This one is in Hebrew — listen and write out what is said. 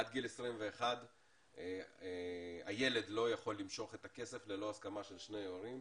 עד גיל 21 הילד לא יכול למשוך את הכסף ללא ההסכמה של שני ההורים.